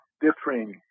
differing